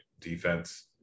defense